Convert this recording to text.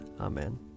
Amen